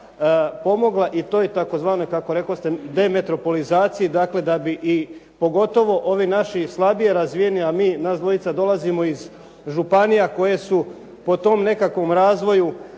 i toj tzv. kako rekoste demetropolizaciji, dakle da bi i pogotovo ovi naši slabije razvijeni, a nas dvojica dolazimo iz županija koje su po tom nekakvom razvoju